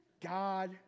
God